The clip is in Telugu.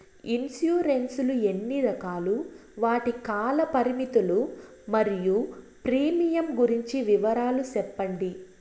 ఇన్సూరెన్సు లు ఎన్ని రకాలు? వాటి కాల పరిమితులు మరియు ప్రీమియం గురించి వివరాలు సెప్పండి?